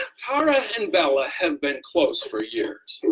tara and bella have been close for years,